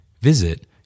Visit